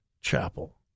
Chapel